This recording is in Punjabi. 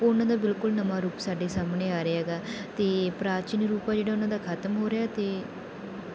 ਉਹਨਾਂ ਦਾ ਬਿਲਕੁਲ ਨਵਾਂ ਰੂਪ ਸਾਡੇ ਸਾਹਮਣੇ ਆ ਰਿਹਾ ਹੈਗਾ ਅਤੇ ਪ੍ਰਾਚੀਨ ਰੂਪ ਆ ਜਿਹੜਾ ਉਹਨਾਂ ਦਾ ਖਤਮ ਹੋ ਰਿਹਾ ਅਤੇ